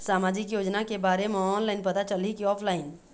सामाजिक योजना के बारे मा ऑनलाइन पता चलही की ऑफलाइन?